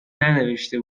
ننوشته